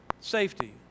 safety